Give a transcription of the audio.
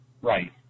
Right